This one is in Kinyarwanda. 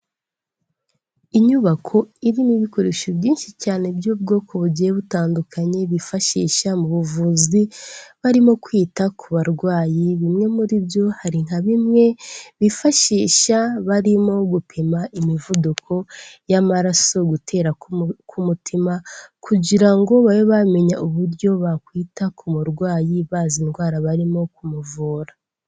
Inyubako irimo ibikoresho byinshi cyane by'ubwoko bugiye butandukanye bifashisha mu buvuzi barimo kwita ku barwayi bimwe muri byo hari nka bimwe bifashisha barimo gupima imivuduko y'amaraso, gutera k'umutima, kugira ngo babe bamenye uburyo bakwita ku murwayi bazi indwara barimo kumuvura.